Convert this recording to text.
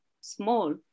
small